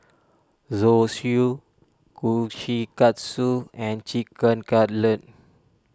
Zosui Kushikatsu and Chicken Cutlet